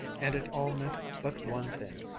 and it all meant but one thing,